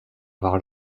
avoir